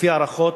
לפי הערכות,